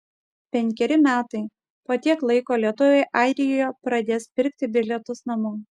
penkeri metai po tiek laiko lietuviai airijoje pradės pirkti bilietus namo